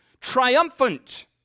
triumphant